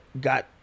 got